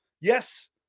yes